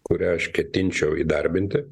kurią aš ketinčiau įdarbinti